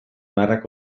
marrak